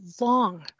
long